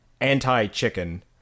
anti-chicken